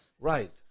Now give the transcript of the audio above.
Right